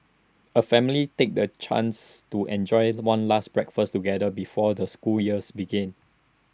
A family takes the chance to enjoy The One last breakfast together before the school years begins